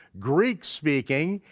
greek speaking,